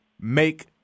make